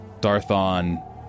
Darthon